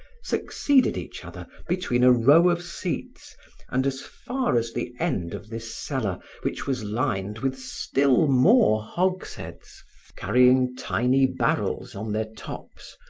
succeeded each other between a row of seats and as far as the end of this cellar which was lined with still more hogsheads carrying tiny barrels on their tops,